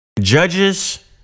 Judges